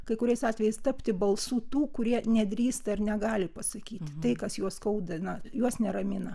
kai kuriais atvejais tapti balsu tų kurie nedrįsta ar negali pasakyti tai kas juos skaudina juos neramina